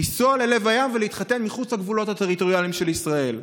לנסוע ללב הים ולהתחתן מחוץ לגבולות הטריטוריאליים של ישראל.